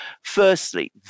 Firstly